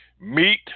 meet